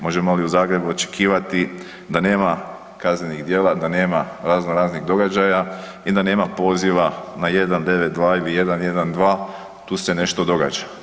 Možemo li u Zagrebu očekivati da nema kaznenih djela, da nema razno raznih događaja ili da nema poziva na 192 ili 112 tu se nešto događa?